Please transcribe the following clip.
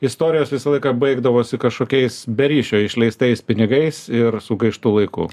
istorijos visą laiką baigdavosi kažkokiais be ryšio išleistais pinigais ir sugaištu laiku